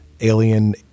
Alien